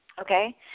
Okay